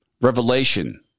Revelation